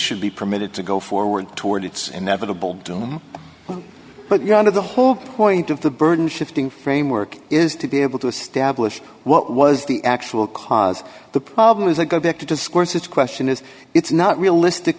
should be permitted to go forward toward its inevitable doom but you're out of the whole point of the burden shifting framework is to be able to establish what was the actual cause the problem is a go back to discourses question is it's not realistic